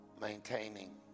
Maintaining